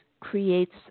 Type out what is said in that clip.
creates